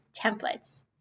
templates